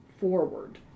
forward